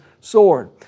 sword